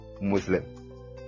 Muslim